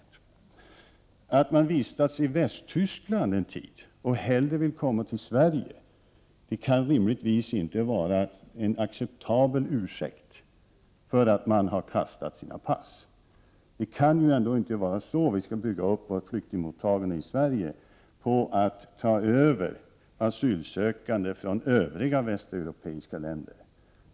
Att asylsökande vistas i Västtyskland en tid men hellre vill komma till Sverige kan rimligtvis inte vara en acceptabel ursäkt till att de kastar sina pass. Vi i Sverige kan ju inte bygga upp vår flyktingmottagning genom att ta över asylsökande från övriga västeuropeiska länder.